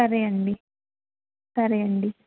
సరే అండి సరే అండి